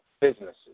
businesses